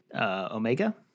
Omega